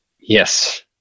Yes